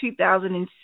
2006